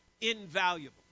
invaluable